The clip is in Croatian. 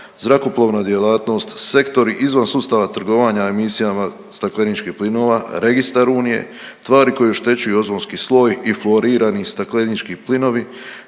zrakoplovna djelatnost, sektori izvan sustava trgovanja emisijama stakleničkih plinova, registar unije, tvari koje oštećuju ozonski sloj i fluorirani staklenički plinovi,